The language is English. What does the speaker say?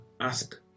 ask